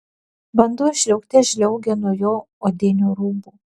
vanduo žliaugte žliaugė nuo jo odinių rūbų